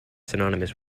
synonymous